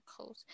close